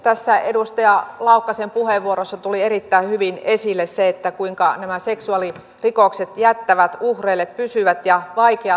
tässä edustaja laukkasen puheenvuorossa tuli erittäin hyvin esille se kuinka nämä seksuaalirikokset jättävät uhreille pysyvät ja vaikeat traumat